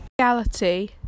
reality